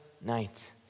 night